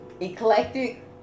eclectic